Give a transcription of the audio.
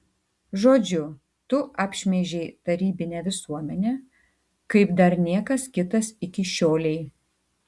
žodžiu tu apšmeižei tarybinę visuomenę kaip dar niekas kitas iki šiolei